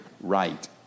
right